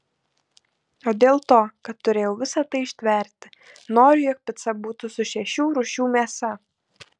o dėl to kad turėjau visa tai ištverti noriu jog pica būtų su šešių rūšių mėsa